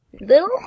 Little